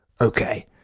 Okay